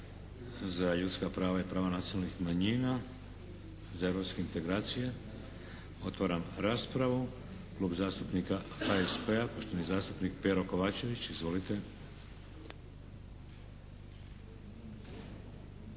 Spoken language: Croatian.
Za ljudska prava i prava nacionalnih manjina? Za europske integracije? Otvaram raspravu. Klub zastupnika HSP-a poštovani zastupnik Pero Kovačević. Izvolite.